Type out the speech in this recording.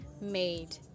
made